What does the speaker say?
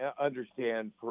understand